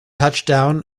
touchdown